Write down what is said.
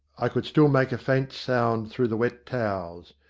i could still make a faint sound through the wet towels.